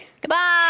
goodbye